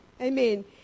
Amen